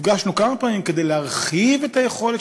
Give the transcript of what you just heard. נפגשנו כמה פעמים כדי להרחיב את היכולת